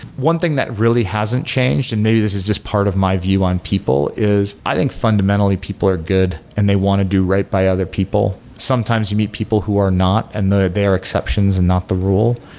one thing that really hasn't changed, and maybe this is just part of my view on people, is i think fundamentally people are good and they want to do right by other people. sometimes you meet people who are not, and they are exceptions and not the rule.